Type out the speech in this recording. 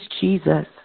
Jesus